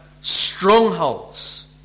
strongholds